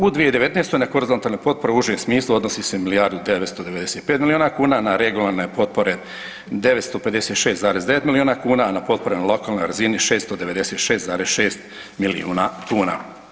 U 2019. na horizontalne potpore u užem smislu odnosi se milijardu i 995 milijuna kuna, na regionalne potpore 956,9 milijuna kuna, a na potpore na lokalnoj razini 696,6 milijuna kuna.